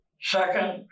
Second